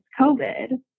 COVID